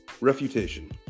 Refutation